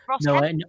no